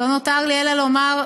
לא נותר לי אלא לומר,